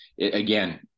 again